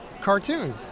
cartoon